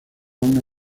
una